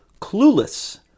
Clueless